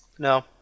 No